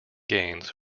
gains